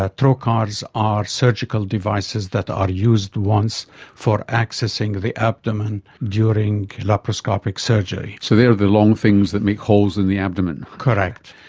ah trocars are surgical devices that are used once for accessing the abdomen during laparoscopic surgery. so they are the long things that make holes in the abdomen. correct.